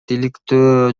иликтөө